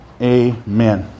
amen